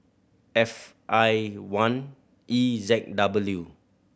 F I one E Z W